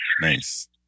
Nice